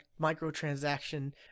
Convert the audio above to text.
microtransaction